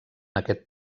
aquest